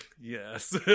Yes